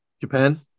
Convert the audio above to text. Japan